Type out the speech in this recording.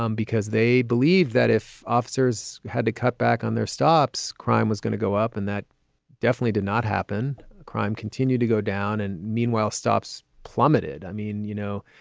um because they believe that if officers had to cut back on their stops, crime was going to go up. and that definitely did not happen. crime continue to go down and meanwhile, stops plummeted. i mean, you know,